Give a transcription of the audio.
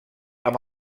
amb